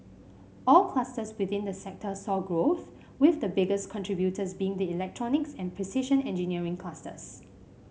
all clusters within the sector saw growth with the biggest contributors being the electronics and precision engineering clusters